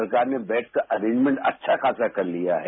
सरकार ने बेड का अरेंजमेंट अच्छा खासा कर लिया है